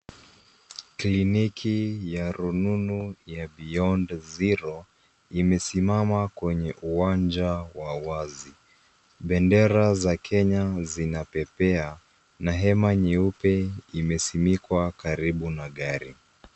Kliniki ya rununu ya Beyond Zero imesimama kwenye uwanja wa wazi. Bendera za Kenya zinapepea na hema nyeupe imesimikwa karibu na gari.